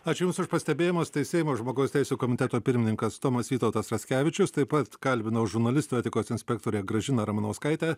aš jums už pastebėjimas tai seimo žmogaus teisių komiteto pirmininkas tomas vytautas raskevičius taip pat kalbinau žurnalistų etikos inspektorę gražiną ramanauskaitę